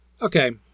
Okay